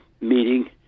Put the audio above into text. meeting